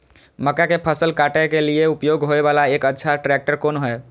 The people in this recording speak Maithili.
मक्का के फसल काटय के लिए उपयोग होय वाला एक अच्छा ट्रैक्टर कोन हय?